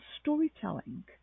storytelling